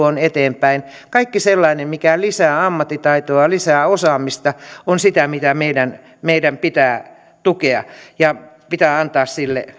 on eteenpäin kaikki sellainen mikä lisää ammattitaitoa lisää osaamista on sitä mitä meidän meidän pitää tukea ja mille pitää antaa